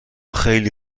خیلی